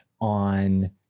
on